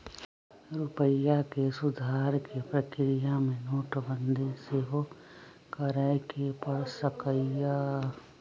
रूपइया के सुधारे कें प्रक्रिया में नोटबंदी सेहो करए के पर सकइय